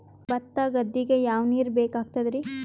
ಭತ್ತ ಗದ್ದಿಗ ಯಾವ ನೀರ್ ಬೇಕಾಗತದರೀ?